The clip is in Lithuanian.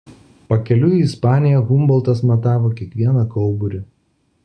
pakeliui į ispaniją humboltas matavo kiekvieną kauburį